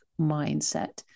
mindset